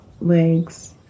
legs